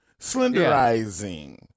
Slenderizing